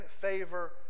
favor